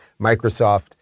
Microsoft